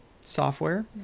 software